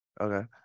Okay